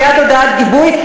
מייד הודעת גיבוי.